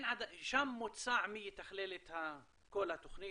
שם מוצע מי יתכלל את כל התוכנית,